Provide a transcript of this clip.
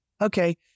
Okay